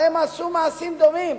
הרי הן עשו מעשים קודמים,